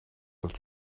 болж